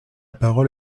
parole